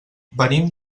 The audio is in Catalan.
venim